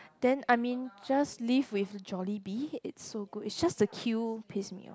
then I mean just live with Jollibee it's so good is just the queue piss me off